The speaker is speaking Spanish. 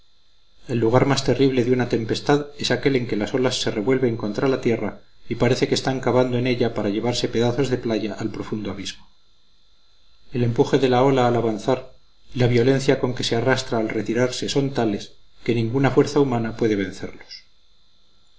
el lugar más terrible de una tempestad es aquel en que las olas se revuelven contra la tierra y parece que están cavando en ella para llevarse pedazos de playa al profundo abismo el empuje de la ola al avanzar y la violencia con que se arrastra al retirarse son tales que ninguna fuerza humana puede vencerlos